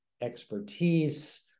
expertise